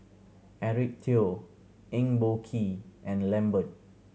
Eric Teo Eng Boh Kee and Lambert